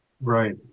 Right